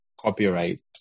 copyright